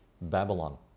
Babylon